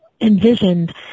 envisioned